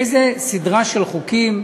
איזו סדרה של חוקים?